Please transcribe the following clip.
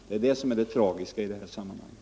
Det är det som är det tragiska i det här sammanhanget.